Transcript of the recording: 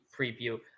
preview